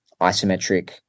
isometric